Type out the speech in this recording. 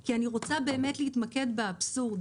כי אני רוצה באמת להתמקד באבסורד.